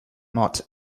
not